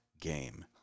game